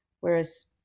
whereas